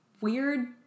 weird